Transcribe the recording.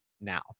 now